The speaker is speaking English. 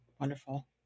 Wonderful